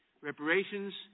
Reparations